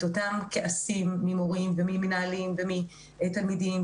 אותם כעסים ממורים וממנהלים ומתלמידים,